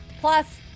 Plus